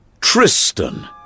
Tristan